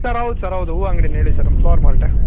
sir ಹೌದು sir ಹೌದು ಹೂವು ಅಂಗಡಿನೇ ಹೇಳಿ ಸರ್ ನಮ್ಮ ಫ್ಲವರ್ ಮಾರ್ಟೇ